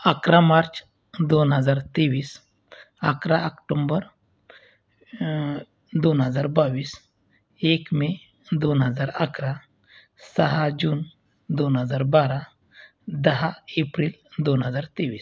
अकरा मार्च दोन हजार तेवीस अकरा ऑक्टोबर दोन हजार बावीस एक मे दोन हजार अकरा सहा जून दोन हजार बारा दहा एप्रिल दोन हजार तेवीस